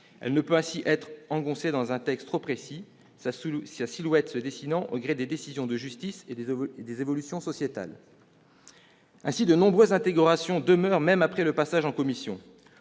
elle ne peut ainsi être engoncée dans un texte trop précis, sa silhouette se dessinant au gré des décisions de justice et des évolutions sociétales ». Ainsi, de nombreuses interrogations demeurent même après le passage en commission.